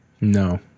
No